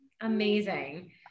Amazing